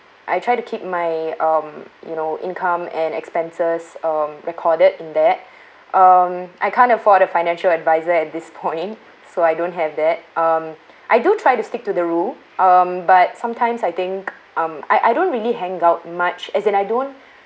I try to keep my um you know income and expenses um recorded in that um I can't afford a financial advisor at this point so I don't have that um I do try to stick to the rule um but sometimes I think um I I don't really hang out much as in I don't